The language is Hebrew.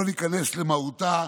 לא ניכנס למהותה.